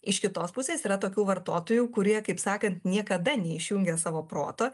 iš kitos pusės yra tokių vartotojų kurie kaip sakant niekada neišjungia savo proto